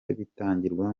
bitangirwa